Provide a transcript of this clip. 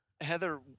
Heather